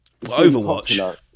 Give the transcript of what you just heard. Overwatch